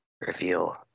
reveal